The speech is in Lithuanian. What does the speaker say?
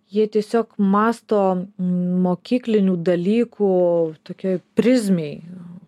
jie tiesiog mąsto mokyklinių dalykų tokioj prizmėj